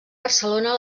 barcelona